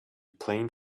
plane